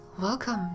Welcome